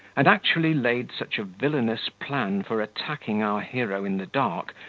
and actually laid such a villainous plan for attacking our hero in the dark,